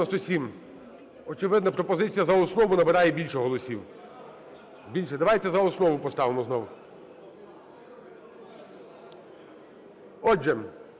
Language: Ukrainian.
Очевидно, пропозиція "за основу" набирає більше голосів. Більше. Давайте за основу поставимо знов! Отже,